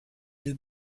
deux